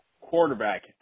quarterback